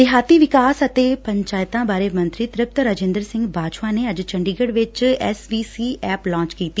ਦਿਹਾਤੀ ਵਿਕਾਸ ਅਤੇ ਪੰਚਾਇਤਾਂ ਬਾਰੇ ਮੰਤਰੀ ਤ੍ਪਤ ਰਾਜਿੰਦ ਸਿੰਘ ਬਾਜਵਾ ਨੇ ਅੱਜ ਚੰਡੀਗਤ੍ਪ ਵਿਚ S V C app launch ਕੀਤੀ